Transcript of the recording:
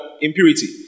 impurity